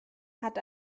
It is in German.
hat